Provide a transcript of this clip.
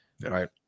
right